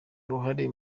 uruhare